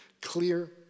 clear